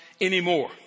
anymore